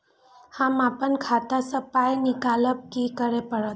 हम आपन खाता स पाय निकालब की करे परतै?